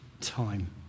time